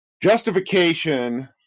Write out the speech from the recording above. justification